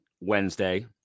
Wednesday